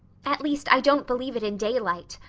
at least, i don't believe it in daylight.